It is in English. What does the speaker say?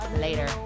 Later